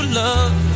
love